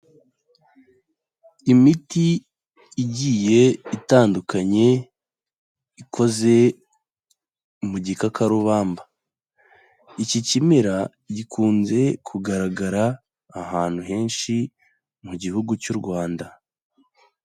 Imiti igiye itandukanye ikoze mu gikakarubamba, iki kimera gikunze kugaragara ahantu henshi mu gihugu cy'u Rwanda.